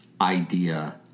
idea